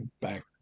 back